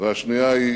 והשנייה היא